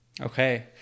Okay